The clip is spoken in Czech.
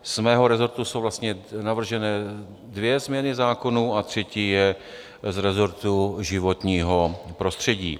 Z mého rezortu jsou vlastně navrženy dvě změny zákonů a třetí je z rezortu životního prostředí.